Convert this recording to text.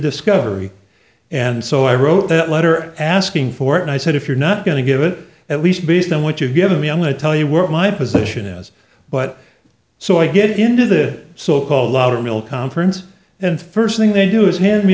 discovery and so i wrote that letter asking for it and i said if you're not going to give it at least based on what you've given me i'm going to tell you were my position as but so i get in to the so called loudermilk conference and first thing they do is h